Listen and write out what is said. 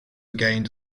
gained